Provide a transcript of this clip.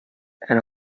and